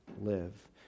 live